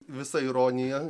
visa ironija